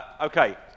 Okay